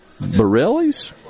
Borellis